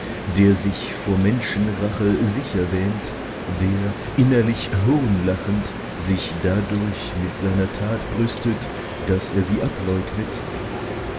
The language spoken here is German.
der sich vor menschenrache sicher wähnt der innerlich hohnlachend sich dadurch mit seiner tat brüstet daß er sie ableugnet